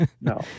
No